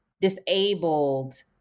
disabled